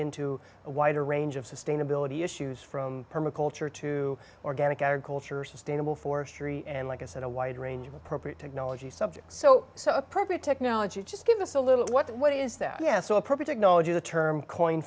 into a wider range of sustainability issues from permaculture to organic agriculture sustainable forestry and like i said a wide range of appropriate technology subjects so so appropriate technology just give us a little what is that yeah so a perfect knowledge of the term coin